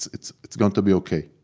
it's it's going to be okay.